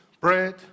bread